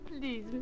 please